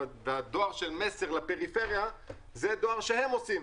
והדואר של מסר לפריפריה זה דואר שהם עושים.